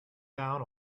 down